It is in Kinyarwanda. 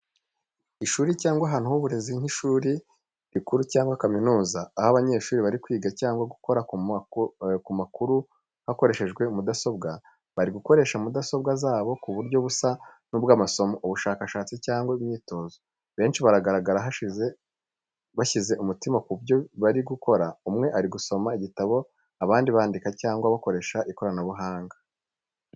Ishuri cyangwa ahantu h'uburezi nk’ishuri rikuru cyangwa kaminuza, aho abanyeshuri bari kwiga cyangwa gukora ku makuru bakoresheje mudasobwa. Bari gukoresha mudasobwa zabo ku buryo busa n’ubw’amasomo, ubushakashatsi cyangwa imyitozo. Benshi baragaragara bashyize umutima ku byo bari gukora umwe ari gusoma igitabo abandi bandika cyangwa bakoresha ikoranabuhanga.